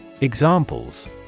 Examples